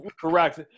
correct